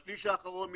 בשליש האחרון,